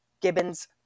Gibbon's